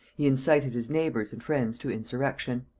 he incited his neighbours and friends to insurrection.